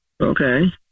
Okay